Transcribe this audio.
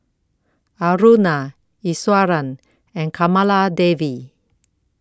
Aruna Iswaran and Kamaladevi